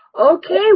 Okay